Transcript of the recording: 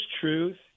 truth